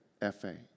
F-A